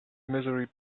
misery